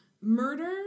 Murder